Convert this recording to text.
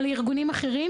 או לארגונים אחרים,